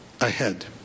ahead